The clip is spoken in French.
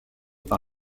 par